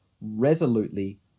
resolutely